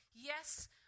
yes